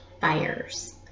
fires